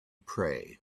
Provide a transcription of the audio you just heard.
pray